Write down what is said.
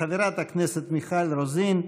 חברת הכנסת מיכל רוזין,